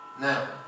Now